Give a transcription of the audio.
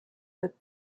with